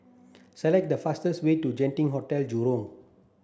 select the fastest way to Genting Hotel Jurong